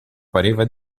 pareva